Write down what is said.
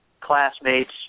classmates